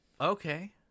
Okay